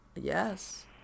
Yes